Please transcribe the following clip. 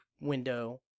window